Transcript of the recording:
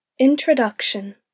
Introduction